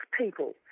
people